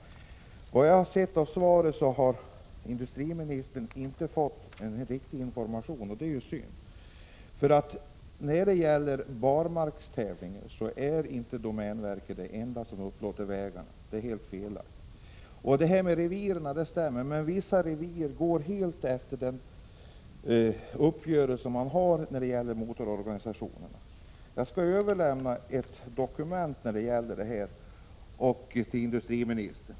Såvitt jag kan se av svaret har industriministern inte fått riktig information, och det är synd. När det gäller tävlingar på barmark är inte domänverket det enda stora skogsbolag som upplåter vägar — den uppgiften är helt felaktig. Prot. 1986/87:61 Vad som sägs i svaret om revir stämmer, men vissa revir går helt efter den 29 januari 1987 uppgörelse man träffat med motororganisationerna. Jag skall överlämna ett dokument om detta till industriministern.